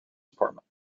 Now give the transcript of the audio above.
department